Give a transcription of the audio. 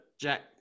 Jack